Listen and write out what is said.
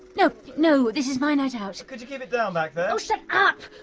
no. no! this is my night out! could you keep it down back there? oh shut up!